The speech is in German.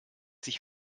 sich